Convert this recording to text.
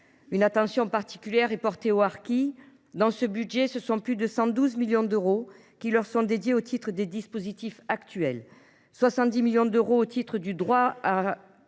Une attention particulière est portée aux harkis. Dans ce budget, ce sont plus de 112 millions d’euros qui leur sont dédiés au titre des dispositifs actuels : 70 millions d’euros au titre du droit à